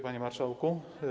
Panie Marszałku!